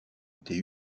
été